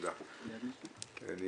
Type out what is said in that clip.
אני